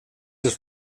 des